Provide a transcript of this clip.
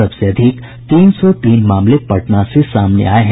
सबसे अधिक तीन सौ तीन मामले पटना से सामने आये हैं